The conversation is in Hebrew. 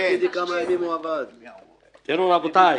רבותיי,